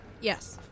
Yes